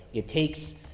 it takes